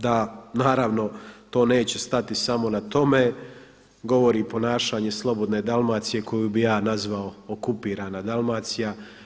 Da naravno to neće stati samo na tome govori i ponašanje Slobodne Dalmacije koju bih ja nazvao „okupirana Dalmacija“